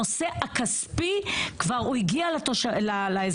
הנושא הכספי הוא כבר הגיע לאזרחים,